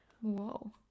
Whoa